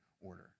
order